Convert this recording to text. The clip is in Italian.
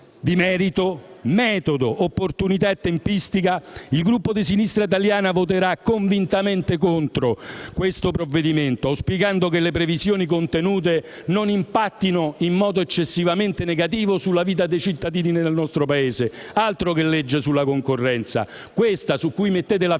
di merito, metodo, opportunità e tempistica, il Gruppo di Sinistra Italiana voterà convintamente contro questo provvedimento, auspicando che le previsioni contenute non impattino in modo eccessivamente negativo sulla vita dei cittadini del nostro Paese. Altro che legge sulla concorrenza: questa, su cui mettete la fiducia,